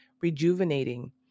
rejuvenating